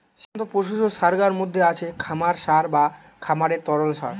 সাধারণ পশুজ সারগার মধ্যে আছে খামার সার বা খামারের তরল সার